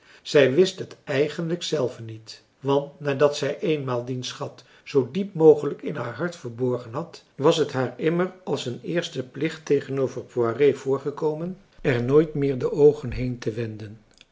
zij wist t eigenlijk zelve niet want nadat zij eenmaal dien schat zoo diep mogelijk in haar hart verborgen had was t haar immer als een eerste plicht tegenover poiré voorgekomen er nooit meer de oogen heen